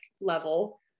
level